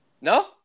no